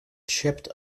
chipped